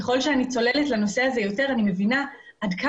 ככל שאני צוללת לנושא הזה יותר,